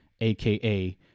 aka